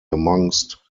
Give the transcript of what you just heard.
amongst